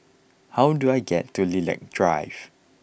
how do I get to Lilac Drive